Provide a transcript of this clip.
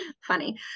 Funny